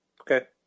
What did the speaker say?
Okay